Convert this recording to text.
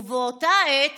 ובאותה עת